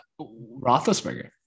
Roethlisberger